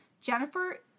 Jennifer